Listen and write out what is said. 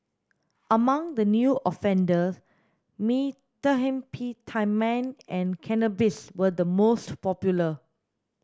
among the new offender methamphetamine and cannabis were the most popular